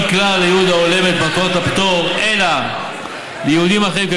כלל לייעוד ההולם את מטרות הפטור אלא לייעודים אחרים,